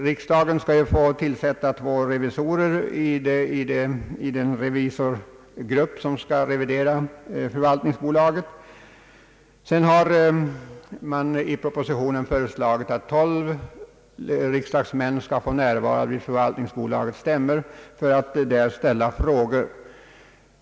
Riksdagen skall som bekant få tillsätta två revisorer i den revisorgrupp som skall revidera förvaltningsbolaget. I propositionen föreslås att tolv riksdagsmän skall få närvara vid förvaltningsbolagets stämmor för att där ställa frågor.